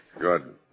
Good